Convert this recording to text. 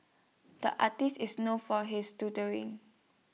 the artist is known for his doodle in